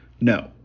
No